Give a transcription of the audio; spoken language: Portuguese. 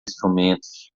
instrumentos